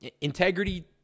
integrity